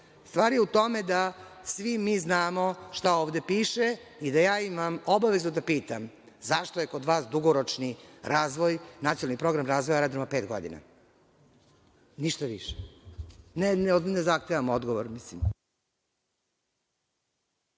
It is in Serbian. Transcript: stvar je u tome da svi mi znamo šta ovde piše i da ja imam obavezu da pitam, zašto je kod vas dugoročni razvoj, nacionalni program razvoja radimo na pet godina? Ništa više. Ne zahtevam odgovor.